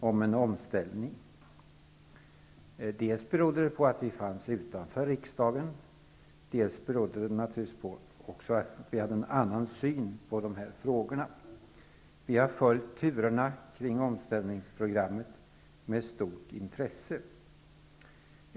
Att vi stod utanför berodde dels på att vi inte satt med i riksdagen, dels -- naturligtvis -- på att vi hade en annan syn på dessa frågor. Vi har följt de olika turerna när det gäller omställningsprogrammet med stort intresse.